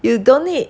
you don't need